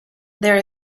there